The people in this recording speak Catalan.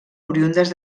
oriündes